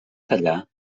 tallar